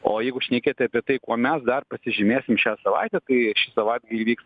o jeigu šnekėti apie tai kuo mes dar pasižymėsim šią savaitę tai šį savaitgalį vyks